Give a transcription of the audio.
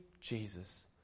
Jesus